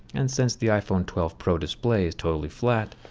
and since the iphone twelve pro display is totally flat,